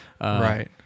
right